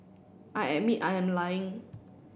I admit I am lying